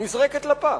נזרקת לפח,